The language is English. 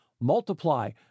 multiply